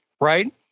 right